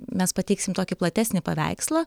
mes pateiksim tokį platesnį paveikslą